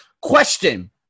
Question